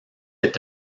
est